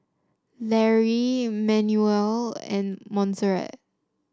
Lary Manuela and Montserrat